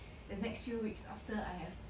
the next few weeks after I have